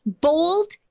bold